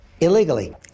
illegally